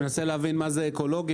אני מנסה להבין מה זה אקולוגי,